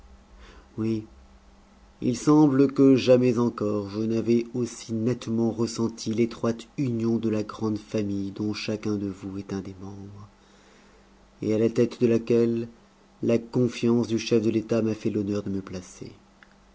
oui il semble que jamais encore je n'avais aussi nettement ressenti l'étroite union de la grande famille dont chacun de vous est un des membres et à la tête de laquelle la confiance du chef de l'état m'a fait l'honneur de me placer